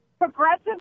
progressive